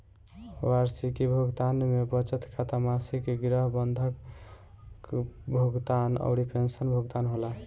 वार्षिकी भुगतान में बचत खाता, मासिक गृह बंधक भुगतान अउरी पेंशन भुगतान होला